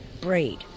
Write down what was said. breed